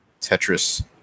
Tetris